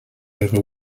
over